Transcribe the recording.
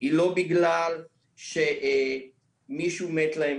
היא לא בגלל שמישהו מת להם